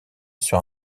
sur